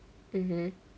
mmhmm